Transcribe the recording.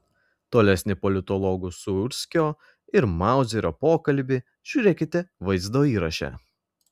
tolesnį politologų sūrskio ir mauzerio pokalbį žiūrėkite vaizdo įraše